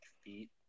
feet